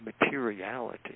materiality